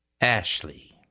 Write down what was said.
Ashley